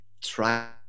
try